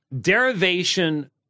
derivation